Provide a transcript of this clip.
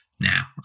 Now